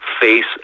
face